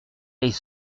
les